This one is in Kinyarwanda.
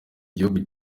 gihugu